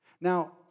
Now